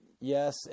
Yes